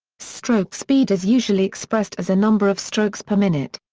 stroke speed is usually expressed as a number of strokes per minute.